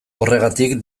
horregatik